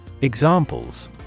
Examples